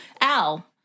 Al